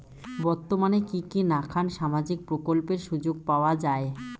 বর্তমানে কি কি নাখান সামাজিক প্রকল্পের সুযোগ পাওয়া যায়?